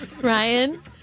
Ryan